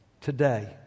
today